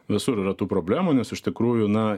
visur yra tų problemų nes iš tikrųjų na